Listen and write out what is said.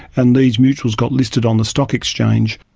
and these mutuals got listed on the stock exchange.